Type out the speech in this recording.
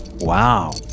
Wow